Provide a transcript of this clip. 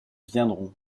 viendront